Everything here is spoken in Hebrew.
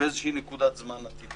באיזושהי נקודת זמן עתידית.